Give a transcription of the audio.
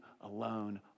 alone